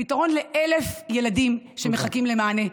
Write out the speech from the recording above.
לתת פתרון ל-1,000 ילדים שמחכים למענה.